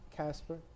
casper